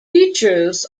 beaches